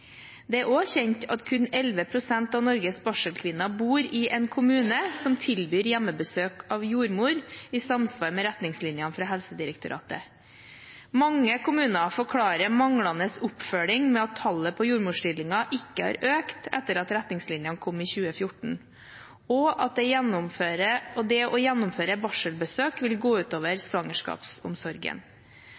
Det er også kjent at kun 11 pst. av Norges barselkvinner bor i en kommune som tilbyr hjemmebesøk av jordmor i samsvar med retningslinjene fra Helsedirektoratet. Mange kommuner forklarer manglende oppfølging med at tallet på jordmorstillinger ikke har økt etter at retningslinjene kom i 2014, og at det å gjennomføre barselbesøk vil gå ut over svangerskapsomsorgen.